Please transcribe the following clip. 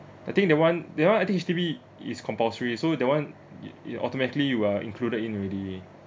I think that one that one I think H_D_B is compulsory so that one y~ you automatically you are included in already